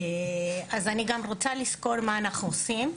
אז אני גם רוצה לסקור מה אנחנו עושים,